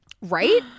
Right